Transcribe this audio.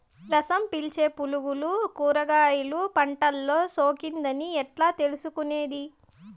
రసం పీల్చే పులుగులు కూరగాయలు పంటలో సోకింది అని ఎట్లా తెలుసుకునేది?